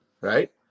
right